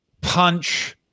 punch